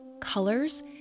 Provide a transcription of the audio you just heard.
colors